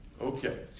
Okay